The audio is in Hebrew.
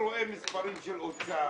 רואה מספרים של אוצר.